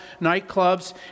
nightclubs